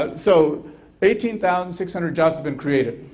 but so eighteen thousand six hundred jobs have been created.